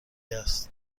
است